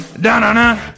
Da-na-na